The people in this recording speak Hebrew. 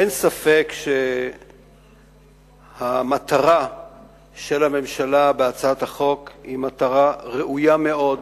אין ספק שהמטרה של הממשלה בהצעת החוק היא מטרה ראויה מאוד,